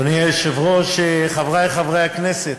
אדוני היושב-ראש, חברי חברי הכנסת,